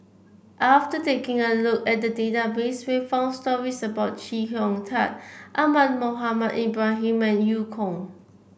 after taking a look at the database we found stories about Chee Hong Tat Ahmad Mohamed Ibrahim and Eu Kong